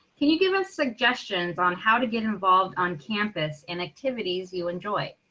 can you give us suggestions on how to get involved on campus and activities you enjoy